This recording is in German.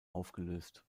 aufgelöst